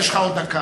יש לך עוד דקה.